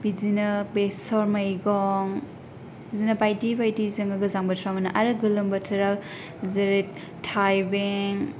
बिदिनो बेसर मैगं बिदिनो बायदि बायदि जोङो गोजां बोथोराव मोनो आरो गोलोम बोथोराव जेरै थाइबें